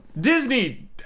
Disney